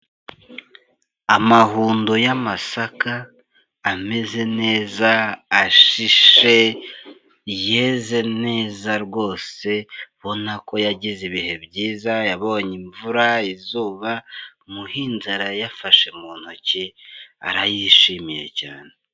Amahundo y'amasaka ameze neza ashishe yeze neza rwose ubona ko yagize ibihe byiza, yabonye imvura, izuba, umuhinzi arayafashe mu ntoki arayishimiye cyane.